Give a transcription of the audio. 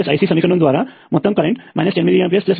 I1IRILIC సమీకరణము ద్వారా మొత్తం కరెంట్ 10mA1mA5